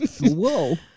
Whoa